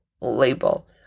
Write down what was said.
label